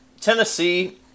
Tennessee